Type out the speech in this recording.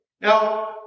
Now